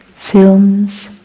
films,